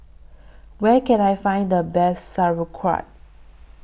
Where Can I Find The Best Sauerkraut